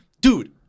Dude